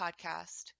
Podcast